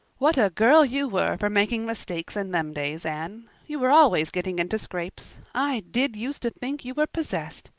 what a girl you were for making mistakes in them days, anne. you were always getting into scrapes. i did use to think you were possessed.